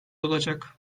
olacak